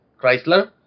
Chrysler